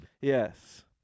Yes